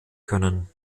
können